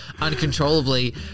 uncontrollably